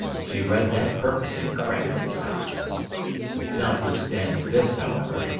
she read that purpose in craggs's eye notwithstanding this, however,